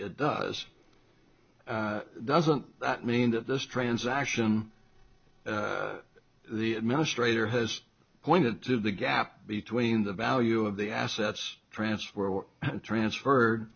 it does doesn't mean that this transaction the administrator has pointed to the gap between the value of the assets transfer transferred